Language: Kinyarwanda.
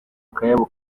akayabo